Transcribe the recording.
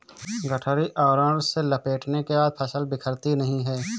गठरी आवरण से लपेटने के बाद फसल बिखरती नहीं है